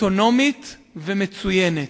אוטונומית ומצוינת.